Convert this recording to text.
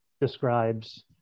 describes